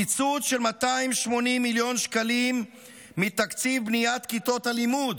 קיצוץ של 280 מיליון שקלים מתקציב בניית כיתות הלימוד,